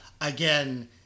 again